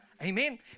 Amen